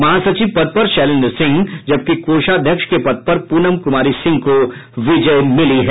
महासचिव पद पर शैलेन्द्र सिंह जबकि कोषाध्यक्ष के पद पर पुनम कुमारी सिंह को विजय मिली है